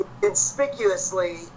conspicuously